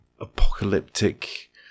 apocalyptic